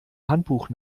handbuch